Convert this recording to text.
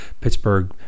Pittsburgh